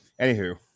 Anywho